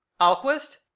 alquist